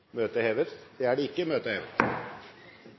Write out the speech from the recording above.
møtet heves? – Møtet er hevet.